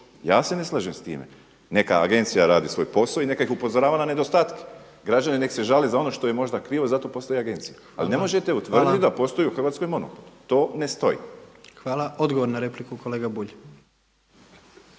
Ja se ne slažem s time. Neka agencija radi svoj posao i neka ih upozorava na nedostatke, građani neka se žale za ono što možda krivo. Zato postoji agencija, ali ne možete utvrditi da u Hrvatskoj postoji monopol, to ne stoji. **Jandroković, Gordan